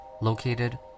located